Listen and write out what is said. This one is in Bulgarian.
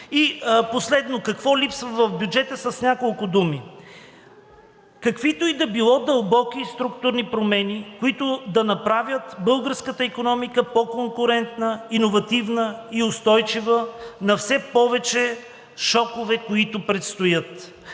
И последно, какво липсва в бюджета, с няколко думи: - Каквито и да било дълбоки структурни промени, които да направят българската икономика по-конкурентна, иновативна и устойчива на все повече шокове, които предстоят;